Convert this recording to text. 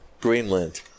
Greenland